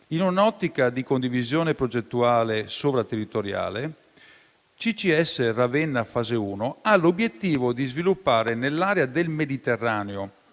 in un'ottica di condivisione progettuale sovraterritoriale, CCS Ravenna fase 1 ha l'obiettivo di sviluppare, nell'area del Mediterraneo,